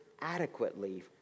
adequately